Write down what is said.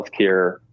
healthcare